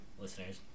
listeners